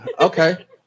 Okay